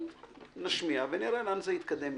נשמיע ונראה לאן זה יתקדם.